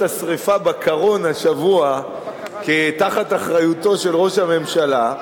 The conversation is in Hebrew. השרפה בקרון השבוע באחריותו של ראש הממשלה,